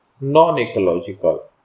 non-ecological